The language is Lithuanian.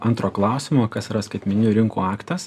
antro klausimo kas yra skaitmeninių rinkų aktas